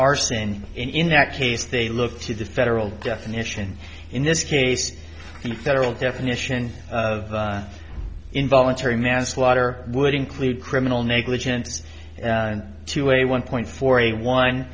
arson in that case they look to the federal definition in this case the federal definition of involuntary manslaughter would include criminal negligence and to a one point four a